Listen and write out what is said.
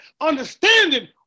understanding